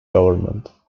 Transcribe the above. government